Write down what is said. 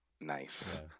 Nice